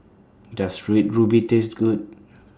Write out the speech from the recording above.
Does Red Ruby Taste Good